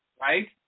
right